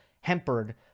hampered